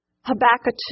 Habakkuk